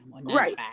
right